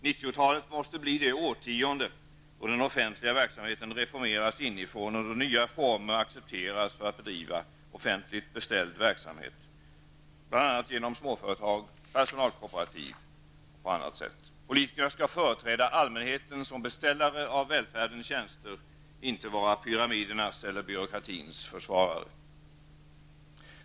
90-talet måste bli det årtionde då den offentliga verksamheten reformeras inifrån och då nya former för att bedriva offentligt beställd verksamhet accepteras, bl.a. genom småföretag och personalkooperativ. Politikerna skall företräda allmänheten som beställare av välfärdens tjänster, inte vara pyramidernas eller byråkratins försvarare.